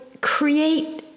create